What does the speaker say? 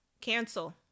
cancel